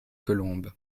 colombes